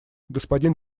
господин